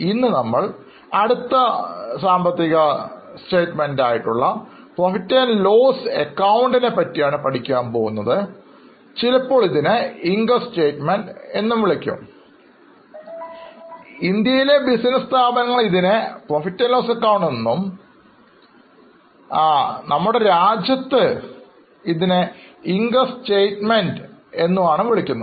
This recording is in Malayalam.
ഇന്ന് നമ്മൾ അടുത്ത സാമ്പത്തിക പ്രസ്താവനയിൽ ആരംഭിക്കാനാണ് പോകുന്നത് അതായത് Profit loss ac ചിലപ്പോൾ ഇതിനെ Income statement എന്നും വിളിക്കും ഇന്ത്യയിലെ ബിസിനസ് സ്ഥാപനങ്ങൾ ഇതിനെ P L ac എന്നും നമ്മളെ പോലുള്ള മറ്റു ചില രാജ്യങ്ങളിൽ ഇതിനെ Income statement എന്നും വിളിക്കുന്നു